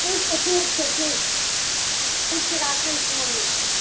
ठीक छै ठीक छै ठीक ठिक छै राखैत छी हमहूँ